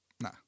nah